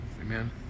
Amen